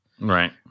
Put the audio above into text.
Right